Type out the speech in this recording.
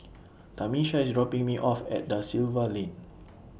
Tamisha IS dropping Me off At DA Silva Lane